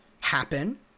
happen